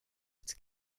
its